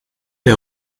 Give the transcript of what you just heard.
der